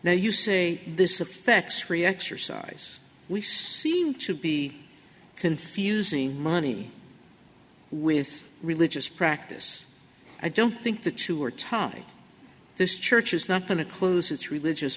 now you say this affects free exercise we seem to be confusing money with religious practice i don't think the two are tied this church is not going to close its religious